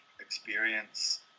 experience